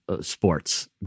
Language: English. sports